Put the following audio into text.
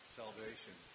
salvation